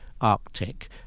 Arctic